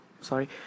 sorry